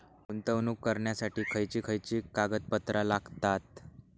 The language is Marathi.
गुंतवणूक करण्यासाठी खयची खयची कागदपत्रा लागतात?